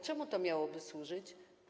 Czemu to miałoby służyć?